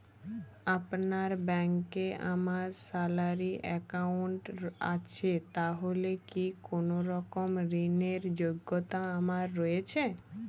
আপনার ব্যাংকে আমার স্যালারি অ্যাকাউন্ট আছে তাহলে কি কোনরকম ঋণ র যোগ্যতা আমার রয়েছে?